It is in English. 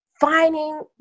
finding